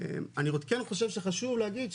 אני כן חושב שחשוב להגיד,